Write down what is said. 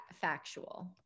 factual